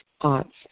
aunts